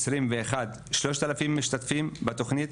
בשנת 2021 שלושת אלפים משתתפים בתוכנית.